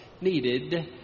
needed